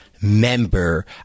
member